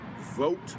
Vote